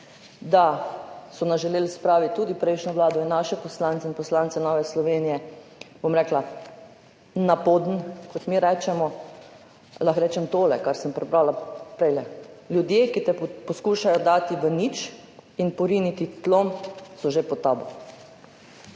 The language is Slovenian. da so nas želeli spraviti tudi prejšnjo vlado in naše poslanke in poslance Nove Slovenije, bom rekla, na poden, kot mi rečemo, lahko rečem to, kar sem prebrala prej – ljudje, ki te poskušajo dati v nič in poriniti k tlom, so že pod tabo.